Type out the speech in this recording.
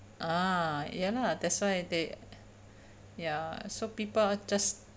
ah ya lah that's why they ya so people all just